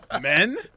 Men